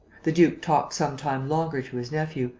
the duke talked some time longer to his nephew,